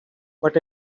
but